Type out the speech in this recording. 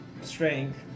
strength